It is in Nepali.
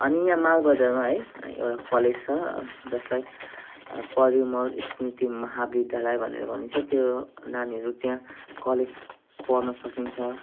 अनि यहाँ मालबजारमा है एउटा कलेज छ जसलाई परिमल स्मृति महाविद्यालय भनेर भनिन्छ त्यो नानीहरू त्यहाँ कलेज पढ्नु सकिन्छ